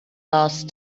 last